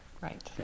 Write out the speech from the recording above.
Right